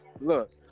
look